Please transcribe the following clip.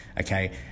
okay